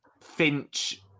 Finch